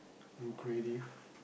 and creative